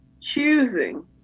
choosing